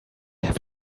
have